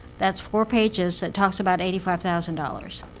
that's four pages, that talks about eighty five thousand dollars.